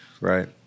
Right